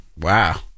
Wow